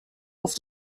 auf